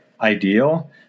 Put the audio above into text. ideal